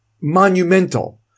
monumental